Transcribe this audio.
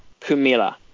pumila